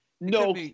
no